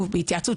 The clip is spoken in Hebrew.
בהתייעצות,